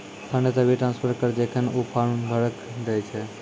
fund तभिये transfer करऽ जेखन ऊ फॉर्म भरऽ के दै छै